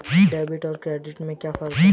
Debit और credit में क्या फर्क है?